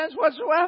whatsoever